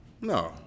No